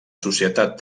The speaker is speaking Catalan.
societat